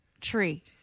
tree